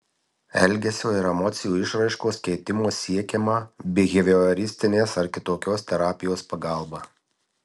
elgesio ir emocijų išraiškos keitimo siekiama bihevioristinės ar kitokios terapijos pagalba